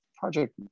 project